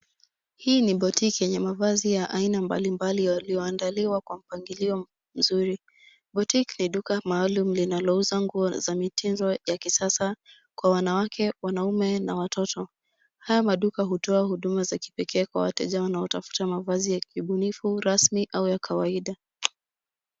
Hii ni boutique yenye mavazi ya aina za mbalimbali yaliyoandaliwa kwa mpangilio mzuri. Boutique ni duka maalum linalouza nguo za mitindo za kisasa kwa wanawake, wanaume na watoto. Haya maduka hutoa huduma za kipekee kwa wateja wanaotafuta mavazi ya kiubunifu, rasmi au ya kawaida.